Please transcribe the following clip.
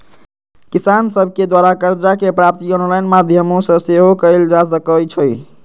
किसान सभके द्वारा करजा के प्राप्ति ऑनलाइन माध्यमो से सेहो कएल जा सकइ छै